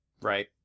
Right